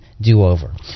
do-over